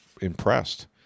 impressed